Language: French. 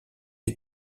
les